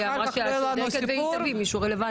היא אמרה שאת צודקת, והיא תביא מישהו רלוונטי.